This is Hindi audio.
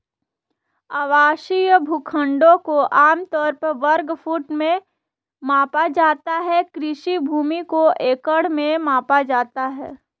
आवासीय भूखंडों को आम तौर पर वर्ग फुट में मापा जाता है, कृषि भूमि को एकड़ में मापा जाता है